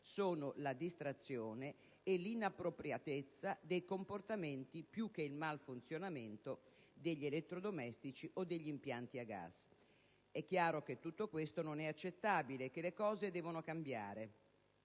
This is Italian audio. sono la distrazione e l'inappropriatezza dei comportamenti più che il mal funzionamento degli elettrodomestici o degli impianti a gas. È chiaro che tutto questo non è accettabile e che le cose devono cambiare.